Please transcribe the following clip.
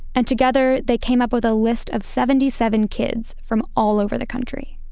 and together they came up with a list of seventy seven kids from all over the country.